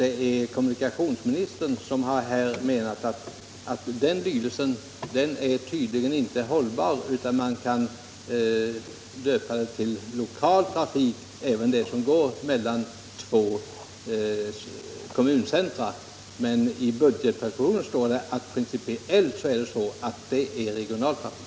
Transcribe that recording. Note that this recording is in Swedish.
Det är kommunikationsministern som tydligen menar att den lydelsen inte är hållbar, utan man kan döpa även trafik som går mellan två kommuncentra till lokal trafik. Men enligt budgetpropositionen är det principiellt regional trafik.